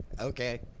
Okay